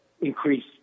increase